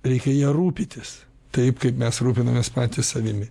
reikia ja rūpintis taip kaip mes rūpinamės patys savimi